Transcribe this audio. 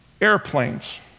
airplanes